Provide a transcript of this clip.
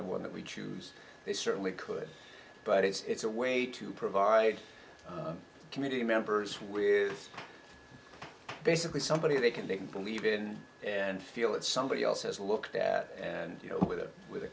the one that we choose they certainly could but it's a way to provide community members with basically somebody they can they can believe in and feel that somebody else has looked at and you know with a with a